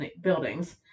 buildings